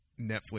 Netflix